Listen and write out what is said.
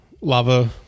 lava